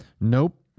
Nope